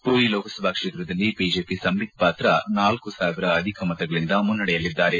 ಮರಿ ಲೋಕಸಭಾ ಕ್ಷೇತ್ರದಲ್ಲಿ ಬಿಜೆಪಿ ಸಂಬಿತ್ ಪಾತ್ರ ನಾಲ್ಕು ಸಾವಿರ ಅಧಿಕ ಮತಗಳಿಂದ ಮುನ್ನಡೆಯಲ್ಲಿದ್ದಾರೆ